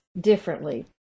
differently